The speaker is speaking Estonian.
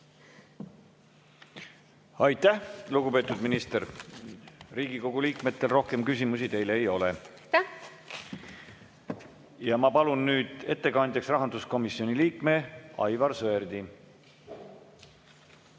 Aitäh, lugupeetud minister! Riigikogu liikmetel rohkem küsimusi teile ei ole. Ma palun nüüd ettekandjaks rahanduskomisjoni liikme Aivar Sõerdi.